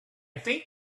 think